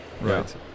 right